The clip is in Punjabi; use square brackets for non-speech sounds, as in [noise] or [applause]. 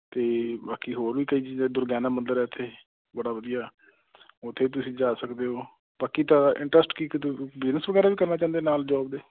ਅਤੇ ਬਾਕੀ ਹੋਰ ਵੀ ਕਈ ਚੀਜ਼ਾਂ ਦੁਰਗਿਆਣਾ ਮੰਦਰ ਹੈ ਇੱਥੇ ਬੜਾ ਵਧੀਆ ਉੱਥੇ ਤੁਸੀਂ ਜਾ ਸਕਦੇ ਹੋ ਬਾਕੀ ਤਾਂ ਇੰਟਰਸਟ ਕੀ ਕੀ [unintelligible] ਬਿਜ਼ਨਸ ਵਗੈਰਾ ਵੀ ਕਰਨਾ ਚਾਹੁੰਦੇ ਨਾਲ ਜੋਬ ਦੇ